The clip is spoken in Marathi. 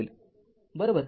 असेल बरोबर